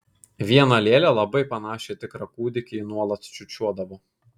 vieną lėlę labai panašią į tikrą kūdikį ji nuolat čiūčiuodavo